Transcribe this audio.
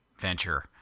venture